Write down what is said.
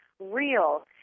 real